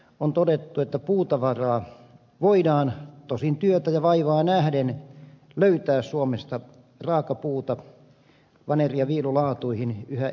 on todettu että puutavaraa voidaan tosin työtä ja vaivaa nähden löytää suomesta raakapuuta vaneri ja viilulaatuihin yhä edelleen